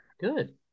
good